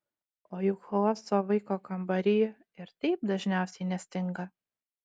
o juk chaoso vaiko kambary ir taip dažniausiai nestinga